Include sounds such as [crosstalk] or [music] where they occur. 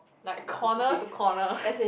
like corner to corner [laughs]